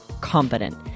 competent